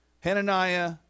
Hananiah